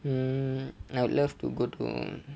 um I would love to go to